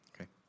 okay